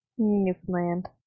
Newfoundland